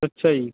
ਅੱਛਾ ਜੀ